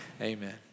amen